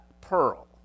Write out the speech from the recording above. pearl